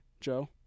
Joe